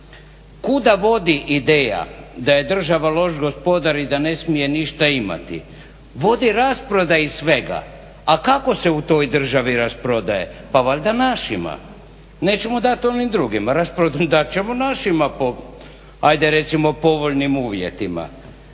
Kuda vodi ideja da je država loš gospodar i da ne smije ništa imati? Vodi rasprodaji svega. A kako se u toj državi rasprodaje? Pa valjda našima. Nećemo dati onim drugima rasprodat ćemo našima po ajde recimo